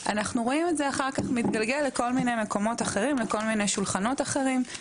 אנחנו רואים שזה אחר כך מתגלגל לכל מיני מקומות אחרים ולשולחנות אחרים.